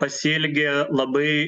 pasielgė labai